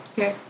Okay